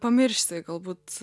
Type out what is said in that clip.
pamiršti galbūt